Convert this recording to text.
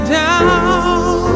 down